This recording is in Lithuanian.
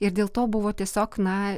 ir dėl to buvo tiesiog na